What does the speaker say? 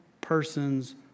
person's